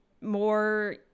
more